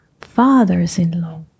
father's-in-law